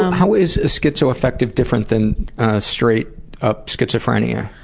how is schizoaffective different than straight up schizophrenia?